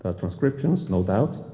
ah transcriptions, no doubt,